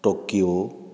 Tokyo